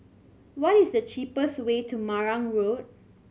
what is the cheapest way to Marang Road